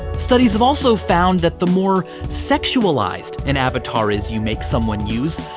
studies have also found that the more sexualized an avatar is you make someone use,